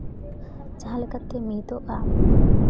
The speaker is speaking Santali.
ᱡᱟᱦᱟᱸ ᱞᱮᱠᱟᱛᱮ ᱢᱤᱫᱚᱜᱼᱟ